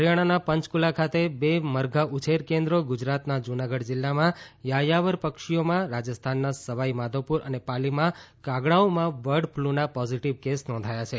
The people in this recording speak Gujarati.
હરિયાણાના પંચકુલા ખાતે બે મરઘાં ઉછેર કેન્દ્રો ગુજરાતના જૂનાગઢ જિલ્લામાં યાયાવર પક્ષીઓમાં રાજસ્થાનના સવાઈ માધોપુર અને પાલીમાં કાગડાંઓમાં બર્ડ ફ્લુના પોઝીટીવ કેસ નોંધાયા છે